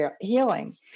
healing